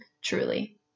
truly